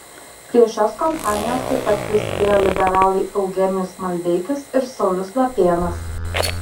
prie šios kompanijos taip pat prisidėjo liberalai eugenijus maldeikis ir saulius lapėnas